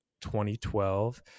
2012